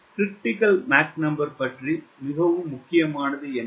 Mcr பற்றி மிகவும் முக்கியமானது என்ன